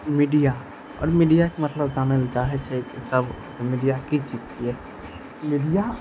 media आओर मीडियाके मतलब जानैलए चाहै छै तब मीडिया की चीज छियै मीडिया